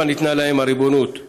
מדוע ניתנה להם הריבונות?